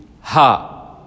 ha